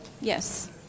Yes